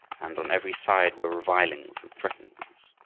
and on every side were revilings and threatenings.